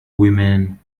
women